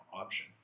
option